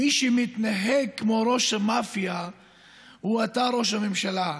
מי שמתנהג כמו ראש המאפיה הוא אתה, ראש הממשלה.